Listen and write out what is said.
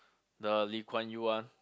the Lee-Kuan-Yew one